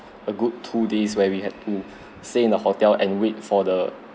a good two days where we had to stay in the hotel and wait for the